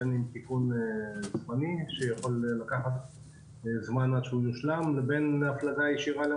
בין אם תיקון שיכול לקחת זמן עד שהוא יושלם ובין הפלגה ישירה.